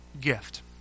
Gift